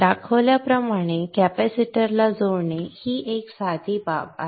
दाखवल्याप्रमाणे कॅपेसिटरला जोडणे ही एक साधी बाब आहे